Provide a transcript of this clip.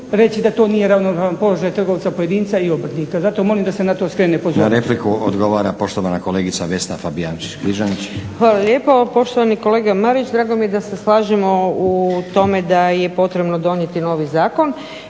reći da to nije ravnopravan položaj trgovca pojedinca i obrtnika. Zato molim da se na to skrene pozornost. **Stazić, Nenad (SDP)** Na repliku odgovara poštovana kolegica Vesna Fabijančić-Križanić. **Fabijančić Križanić, Vesna (SDP)** Hvala lijepo. Poštovani kolega Marić, drago mi je da se slažemo u tome da je potrebno donijeti novi zakon.